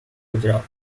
gujarat